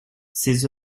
ses